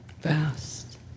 vast